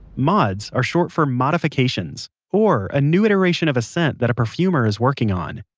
mods are short for modifications or a new iteration of a scent that a perfumer is working on.